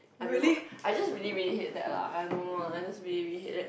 I don't know I just really really hate that lah I don't know I just really really hate that